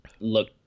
look